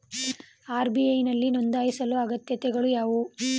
RBI ನಲ್ಲಿ ನೊಂದಾಯಿಸಲು ಅಗತ್ಯತೆಗಳು ಯಾವುವು?